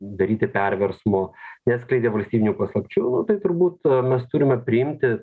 daryti perversmo neskleidė valstybinių paslapčių tai turbūt mes turime priimti